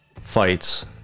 fights